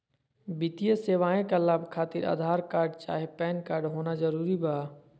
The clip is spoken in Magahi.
वित्तीय सेवाएं का लाभ खातिर आधार कार्ड चाहे पैन कार्ड होना जरूरी बा?